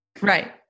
right